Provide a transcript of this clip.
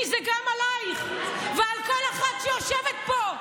כי זה גם עליך ועל כל אחת שיושבת פה.